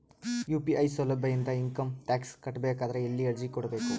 UPI ಸೌಲಭ್ಯ ಇಂದ income tax ಕಟ್ಟಬೇಕಾದರ ಎಲ್ಲಿ ಅರ್ಜಿ ಕೊಡಬೇಕು?